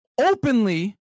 openly